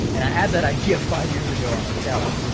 and i had that idea five years ago on our couch,